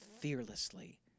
fearlessly